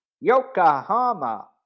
Yokohama